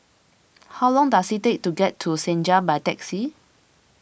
how long does it take to get to Senja by taxi